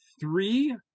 three